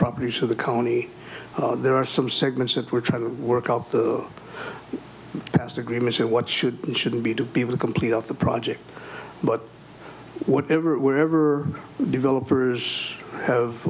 properties for the county there are some segments that we're trying to work out the past agreements or what should and shouldn't be to be able to complete out the project but whatever wherever developers have